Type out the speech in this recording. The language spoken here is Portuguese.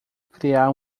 criar